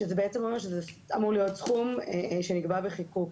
שזה בעצם אומר שזה אמור להיות סכום שנקבע בחיקוק,